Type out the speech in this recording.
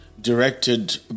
directed